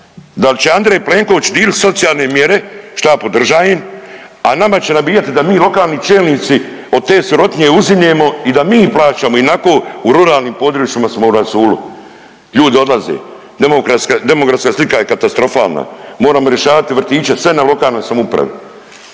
dal će Andrej Plenković dilit socijalne mjere, šta ja podržajem, a nama će nabijat da mi lokalni čelnici od te sirotinje uzimljemo i da mi plaćamo ionako u ruralnim područjima smo u rasulu, ljudi odlaze, demografska slika je katastrofalna, moramo rješavati vrtiće, sve je na lokalnoj samoupravi,